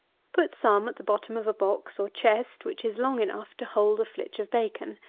put some at the bottom of a box, or chest, which is long enough to hold a flitch of bacon.